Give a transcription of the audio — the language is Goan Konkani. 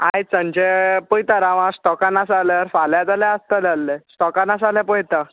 आयज सांजचे पयता राव हां स्टोकान आसा जाल्यार फाल्यां जाल्यार आसतले आहले स्टोकान आसा जाल्यार पयता